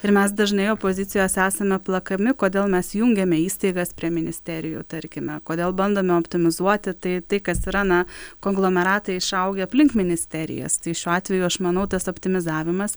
ir mes dažnai opozicijos esame plakami kodėl mes jungiame įstaigas prie ministerijų tarkime kodėl bandome optimizuoti tai tai kas yra na konglomeratai išaugę aplink ministerijas tai šiuo atveju aš manau tas optimizavimas